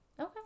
okay